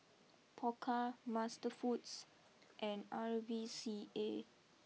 Pokka Masterfoods and R V C A